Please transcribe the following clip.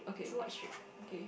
okay okay okay